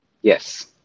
yes